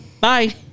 Bye